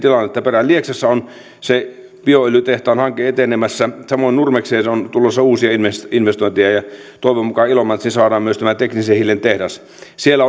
tilanteiden perään lieksassa on se bioöljytehtaan hanke etenemässä samoin nurmekseen on tulossa uusia investointeja ja toivon mukaan ilomantsiin saadaan myös tämä teknisen hiilen tehdas siellä